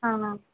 हा